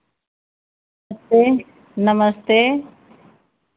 नमस्ते नमस्ते